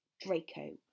Draco